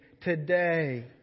today